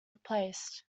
replaced